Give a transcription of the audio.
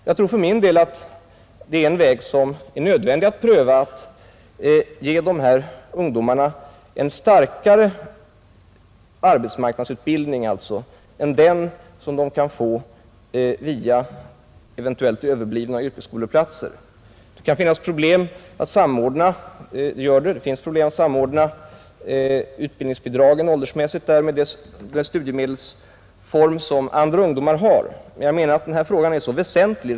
Jag tror att det är nödvändigt att pröva att ge dessa ungdomar en starkare arbetsmarknadsutbildning än den som de kan få via eventuellt överblivna yrkesskoleplatser. Det finns problem när det gäller att samordna utbildningsbidragen åldersmässigt med den studiemedelsform som andra ungdomar har.